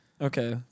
Okay